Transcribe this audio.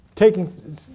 Taking